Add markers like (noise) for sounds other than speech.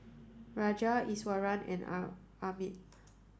Raja Iswaran and (unintelligible) Amit